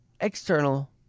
external